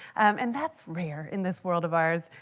and that's rare in this world of ours.